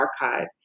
archive